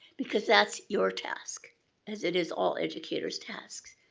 because that's your task as it is all educators' task.